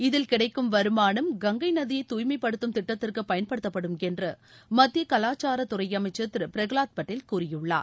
இதில் கிடைக்கும் வருமானம் கங்கைநதியை தூய்மைப்படுத்தும் திட்டத்திற்குபயன்படுத்தப்படும் என்றுமத்தியகலாச்சாரத் துறைஅமைச்சர் திருபிரஹலாத் பட்டேல் கூறியுள்ளார்